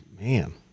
Man